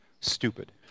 stupid